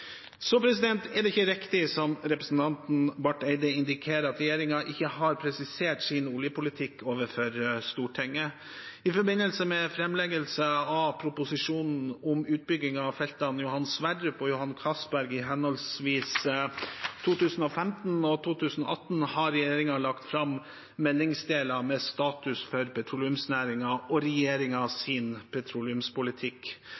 er ikke riktig som representanten Barth Eide indikerer, at regjeringen ikke har presisert sin oljepolitikk overfor Stortinget. I forbindelse med framleggelsen av proposisjonen om utbyggingen av feltene Johan Sverdrup og Johan Castberg i henholdsvis 2015 og 2018 har regjeringen lagt fram meldingsdeler med status for petroleumsnæringen og